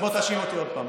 בוא תאשים אותי עוד פעם.